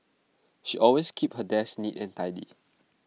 she always keeps her desk neat and tidy